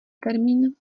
termín